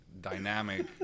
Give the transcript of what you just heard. dynamic